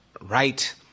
right